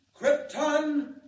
Krypton